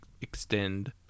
extend